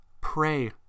Pray